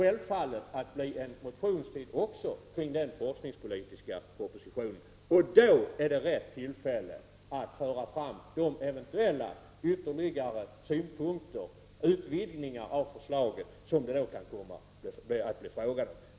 I anslutning till den forskningspolitiska propositionen är det rätta tillfället att föra fram de eventuella ytterligare synpunkter och utvidgningar av förslaget som då kan komma att bli aktuella.